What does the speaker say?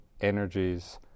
energies